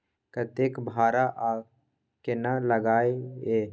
कतेक भाड़ा आ केना लागय ये?